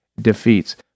defeats